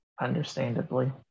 understandably